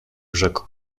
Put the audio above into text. rzekł